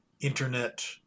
internet